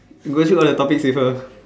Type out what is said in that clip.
go through all the topics with her